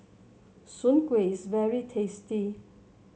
Soon Kuih is very tasty